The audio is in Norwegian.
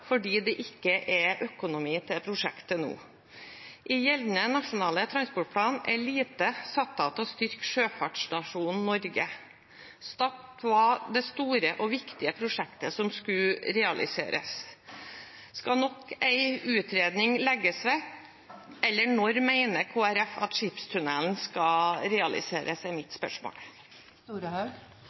fordi det ikke er økonomi til prosjektet nå. I gjeldende Nasjonal transportplan er lite satt av til å styrke sjøfartsnasjonen Norge. Stad var det store og viktige prosjektet som skulle realiseres. Skal nok en utredning legges vekk, eller når mener Kristelig Folkeparti at skipstunnelen skal realiseres? Det er mitt spørsmål.